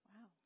Wow